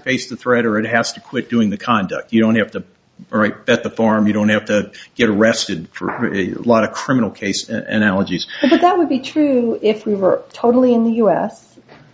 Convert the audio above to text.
face the threat or it has to quit doing the conduct you don't have the right that the form you don't have to get arrested from a lot of criminal cases and analogies that would be true if we were totally in the u s